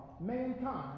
mankind